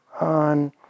on